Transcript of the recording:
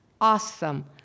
awesome